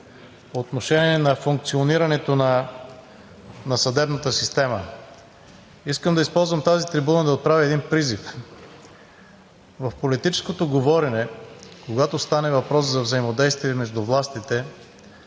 По отношение на функционирането на съдебната система. Искам да използвам тази трибуна да отправя един призив: в политическото говорене, когато стане въпрос за взаимодействие между властите,